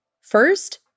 first